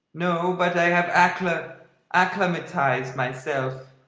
no but i have accla acclimatised myself.